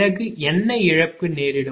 பிறகு என்ன இழப்பு ஏற்படும்